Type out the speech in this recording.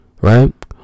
right